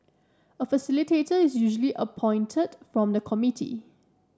a facilitator is usually appointed from the committee